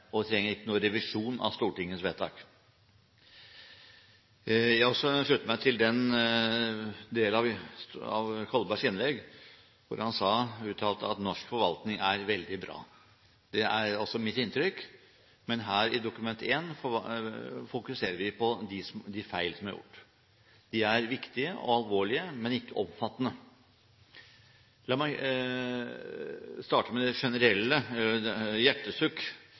og vi trenger ikke noen revisjon av Stortingets vedtak. Jeg vil også slutte meg til den del av Kolbergs innlegg, hvor han uttalte at norsk forvaltning er veldig bra. Det er også mitt inntrykk, men her i Dokument 1 fokuserer vi på de feil som er gjort. De er viktige og alvorlige, men ikke omfattende. La meg starte med det generelle – et lite hjertesukk